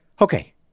okay